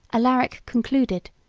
alaric concluded,